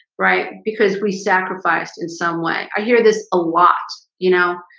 right because we sacrificed in some way i hear this a lot. you know,